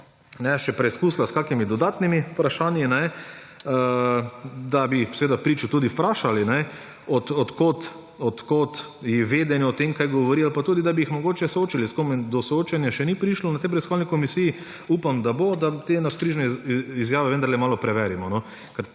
še preizkusila s kakšnimi dodatnimi vprašanji, da bi pričo tudi vprašali, od kod ji vedenje o tem, kaj govori, ali pa tudi, da bi jih mogoče soočili s kom. Do soočenja še ni prišlo na tej preiskovalni komisije, upam, da bo, da te navzkrižne izjave vendarle malo preverimo,